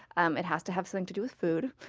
um it has to have something to do with food,